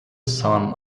son